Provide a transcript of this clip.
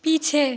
पीछे